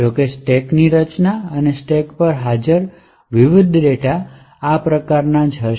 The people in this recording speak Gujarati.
જો કે સ્ટેક ની રચના અને સ્ટેક પર હાજર વિવિધ ડેટા ની સાપેક્ષતા સમાન હશે